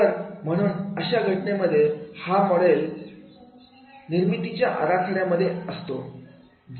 तर म्हणून अशा घटनांमध्ये हा नमुना मॉडेल निर्मितीच्या आराखड्यामध्ये असतो